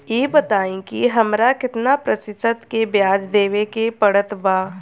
ई बताई की हमरा केतना प्रतिशत के ब्याज देवे के पड़त बा?